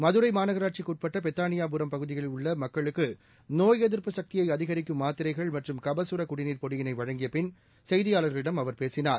மதுரை மாநகராட்சிக்கு உட்பட்ட பெத்தானியாபுரம் பகுதிகளில் உள்ள மக்களுக்கு நோய் எதிர்ப்பு சக்தியை அதிகரிக்கும் மாத்திரைகள் மற்றும் கபசுர குடிநீர் பொடியினை வழங்கிய பின் செய்தியாள்களிடம் அவர் பேசினார்